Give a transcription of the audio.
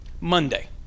Monday